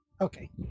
Okay